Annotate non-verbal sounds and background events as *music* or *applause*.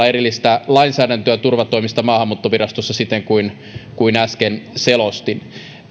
*unintelligible* erillistä lainsäädäntöä turvatoimista maahanmuuttovirastossa siten kuin kuin äsken selostin